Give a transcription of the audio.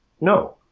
No